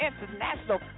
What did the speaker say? International